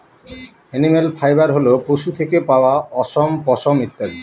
animal fibre হল পশু থেকে পাওয়া অশম, পশম ইত্যাদি